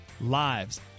lives